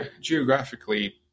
geographically